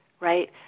Right